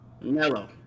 Mellow